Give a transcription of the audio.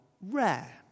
rare